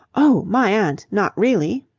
oh, my aunt! not really?